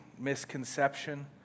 misconception